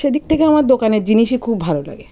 সেদিক থেকে আমার দোকানের জিনিসই খুব ভালো লাগে